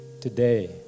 today